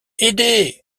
aidez